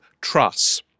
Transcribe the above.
Truss